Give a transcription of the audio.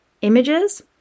images